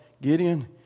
Gideon